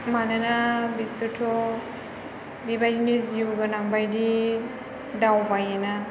मानोना बेसोरथ' बिबायदिनो जिउ गोनांबायदि दावबायोना